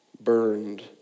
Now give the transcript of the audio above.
burned